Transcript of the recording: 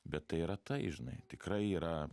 bet tai yra tai žinai tikrai yra